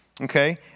Okay